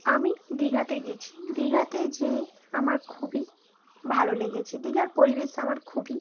আমি দীঘাতে গেছি দীঘাতে যেয়ে আমার খুবই ভালো লেগেছে দীঘার পরিবেশ আমার খুবই